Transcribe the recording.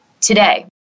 today